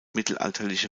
mittelalterliche